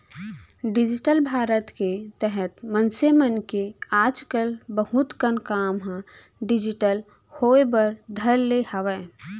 digital Bharat के तहत मनसे मन के आज कल बहुत कन काम ह डिजिटल होय बर धर ले हावय